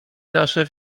nasze